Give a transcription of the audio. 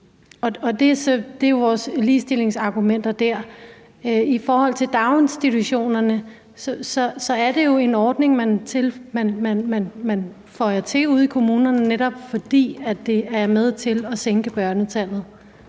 del af vores ligestillingsargumenter. I forhold til daginstitutionerne er det jo en ordning, der føjes til ude i kommunerne, hvor den netop er med til at sænke børnetallet